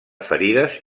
ferides